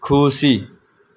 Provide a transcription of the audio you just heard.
खुसी